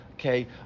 okay